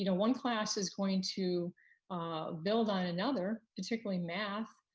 you know one class is going to build on another, particularly math.